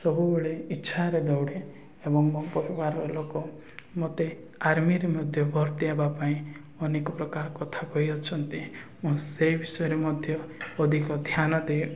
ସବୁବେଳେ ଇଚ୍ଛାରେ ଦୌଡ଼େ ଏବଂ ମୋ ପରିବାରର ଲୋକ ମୋତେ ଆର୍ମିରେ ମଧ୍ୟ ଭର୍ତ୍ତି ହେବା ପାଇଁ ଅନେକ ପ୍ରକାର କଥା କହିଅଛନ୍ତି ମୁଁ ସେଇ ବିଷୟରେ ମଧ୍ୟ ଅଧିକ ଧ୍ୟାନ ଦେଏ